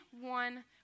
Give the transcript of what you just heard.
one